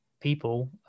people